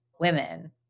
women